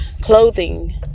clothing